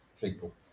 people